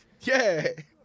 Yay